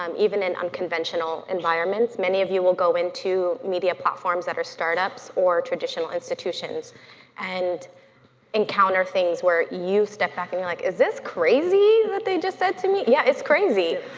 um even in unconventional environments, many of you will go into media platforms that are start-ups or traditional institutions and encounter things where you step back and you're like, is this crazy what they just said to me, yeah, it's crazy.